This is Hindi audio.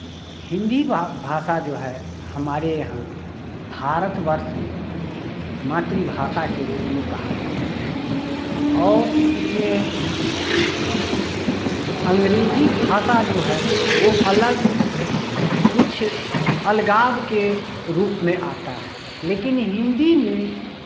हिंदी भाषा जो है हमारे यहाँ भारत वर्ष में मातृभाषा के रूप में कहा जाता है और इसमें अंग्रेजी भाषा जो है वो अलग कुछ अलगाव के रूप में आता है लेकिन हिन्दी में